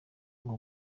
uwo